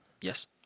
Yes